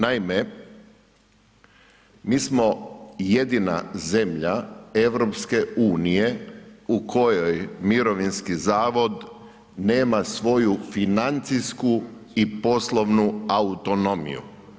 Naime, mi smo jedina zemlja EU u kojoj mirovinski zavod nema svoju financijsku i poslovnu autonomiju.